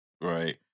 Right